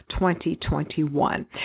2021